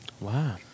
Wow